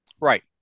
right